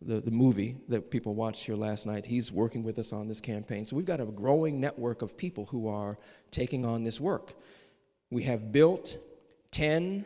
the movie that people want your last night he's working with us on this campaign so we've got a growing network of people who are taking on this work we have built ten